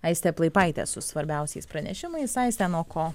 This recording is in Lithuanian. aistė plaipaitė su svarbiausiais pranešimais aiste nuo ko